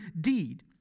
deed